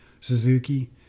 Suzuki